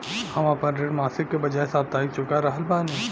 हम आपन ऋण मासिक के बजाय साप्ताहिक चुका रहल बानी